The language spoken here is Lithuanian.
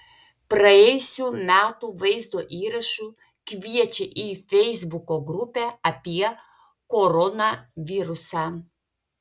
praėjusių metų vaizdo įrašu kviečia į feisbuko grupę apie koronavirusą